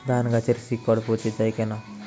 ধানগাছের শিকড় পচে য়ায় কেন?